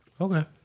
Okay